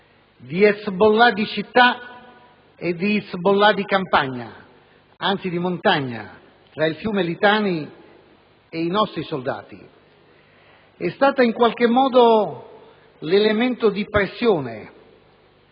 di Hezbollah di città e di Hezbollah di campagna, anzi di montagna, tra il fiume Litani e i nostri soldati hanno costituito in qualche modo l'elemento di pressione